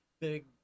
Big